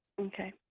Okay